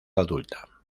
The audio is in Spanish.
adulta